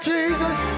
Jesus